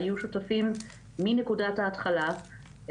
היו שותפים מנקודת ההתחלה,